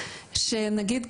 שנגיד,